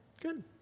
Good